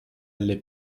alle